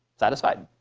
satisfied?